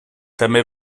també